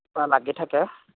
অ' লাগি থাকে